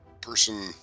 person